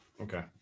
Okay